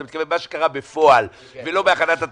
אתה מתכוון למה שקרה בפועל ולא בהכנת התקציב.